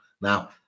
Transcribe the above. Now